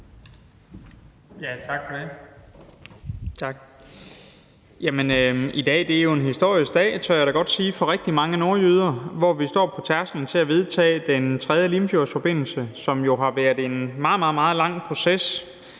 Zimmermann (DF): Tak. I dag er jo en historisk dag, tør jeg da godt sige, for rigtig mange nordjyder, for vi står på tærsklen til at vedtage Den 3. Limfjordsforbindelse, og det har været en meget, meget lang proces.